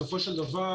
בסופו של דבר,